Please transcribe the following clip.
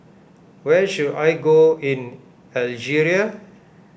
where should I go in Algeria